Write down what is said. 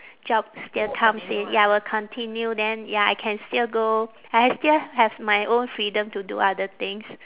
job still comes in ya will continue then ya I can still go I still have my own freedom to do other things